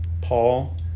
Paul